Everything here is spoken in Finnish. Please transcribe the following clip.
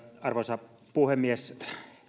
arvoisa puhemies